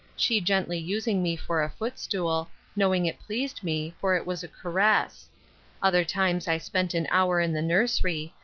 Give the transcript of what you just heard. she gently using me for a foot-stool, knowing it pleased me, for it was a caress other times i spent an hour in the nursery,